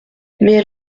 elle